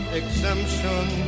exemption